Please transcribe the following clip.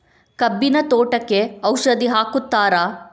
ಕಬ್ಬಿನ ತೋಟಕ್ಕೆ ಔಷಧಿ ಹಾಕುತ್ತಾರಾ?